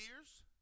ears